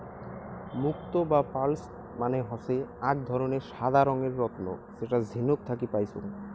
মুক্তো বা পার্লস মানে হসে আক ধরণের সাদা রঙের রত্ন যেটা ঝিনুক থাকি পাইচুঙ